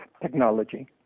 technology